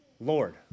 Lord